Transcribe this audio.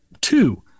two